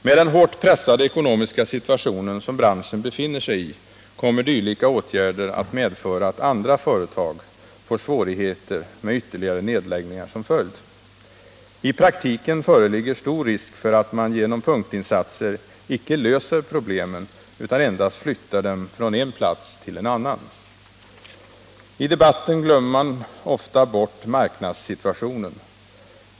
Med den hårt pressade ekonomiska situation som branschen befinner sig i kommer dylika åtgärder att medföra att andra företag får svårigheter med ytterligare nedläggningar som följd. I praktiken föreligger stor risk för att man genom punktinsatser icke löser problemen utan endast flyttar dem från en plats till en annan. I debatten glömmer man ofta bort marknadssituationen.